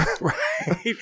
Right